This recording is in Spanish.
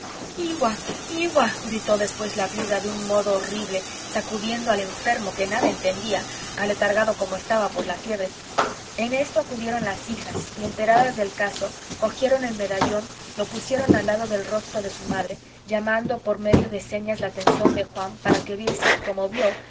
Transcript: iwa iwa gritó después la viuda de un modo horrible sacudiendo al enfermo que nada entendía aletargado como estaba por la fiebre en esto acudieron las hijas y enteradas del caso cogieron el medallón lo pusieron al lado del rostro de su madre llamando por medio de señas la atención de juan para que viese como vió